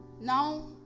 Now